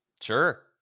Sure